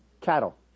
Cattle